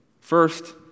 first